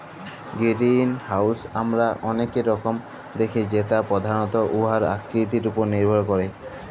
greenhouse আমরা অলেক রকমের দ্যাখি যেট পধালত উয়ার আকৃতির উপর লির্ভর ক্যরে